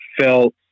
felt